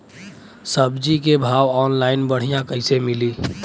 सब्जी के भाव ऑनलाइन बढ़ियां कइसे मिली?